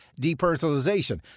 depersonalization